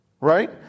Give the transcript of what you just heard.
right